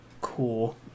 cool